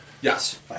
Yes